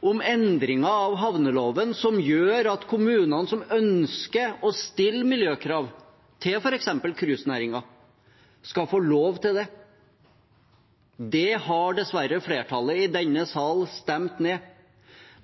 om endringer i havneloven som gjør at kommunene som ønsker å stille miljøkrav til f.eks. cruisenæringen, skal få lov til det. Det har dessverre flertallet i denne sal stemt ned,